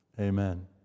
Amen